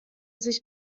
sich